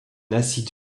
acide